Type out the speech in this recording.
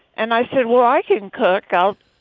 and i said, well, i can cook golf.